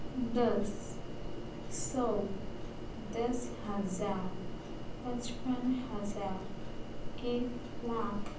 دس سو دس ہزار پچپن ہزار ایک لاکھ